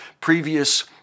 previous